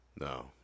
No